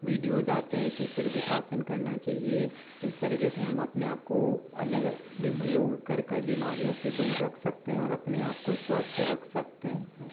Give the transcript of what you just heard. videos आते है किस तरीके से आसन करना चाहिए किस तरीके से हम अपने आप को अलग योग कर कर बीमारियों से दूर रख सकते है और अपने आप को स्वस्थ रख सकते है